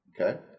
Okay